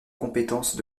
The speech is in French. compétences